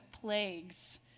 plagues